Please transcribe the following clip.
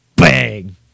Bang